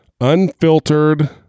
unfiltered